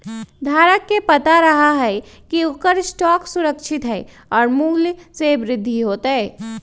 धारक के पता रहा हई की ओकर स्टॉक सुरक्षित हई और मूल्य में वृद्धि होतय